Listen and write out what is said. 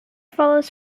follows